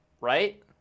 Right